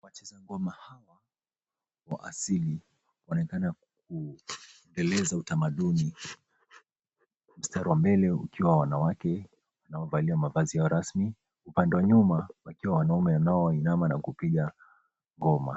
Wacheza ngoma hawa wa asili waonekana kueleza utamaduni. Mstari wa mbele ukiwa wa wanawake wanaovalia mavazi ya rasmi, upande wa nyuma wakiwa wanaume wanao wainama na kupiga ngoma.